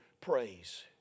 praise